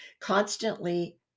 constantly